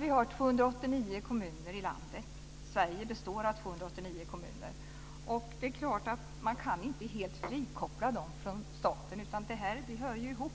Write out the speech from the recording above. Vi har 289 kommuner i landet. Sverige består av 289 kommuner, och man kan inte helt frikoppla dem från staten, utan de hör ihop.